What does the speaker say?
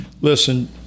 listen